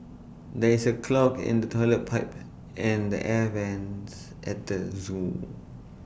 there is A clog in the Toilet Pipe and the air Vents at the Zoo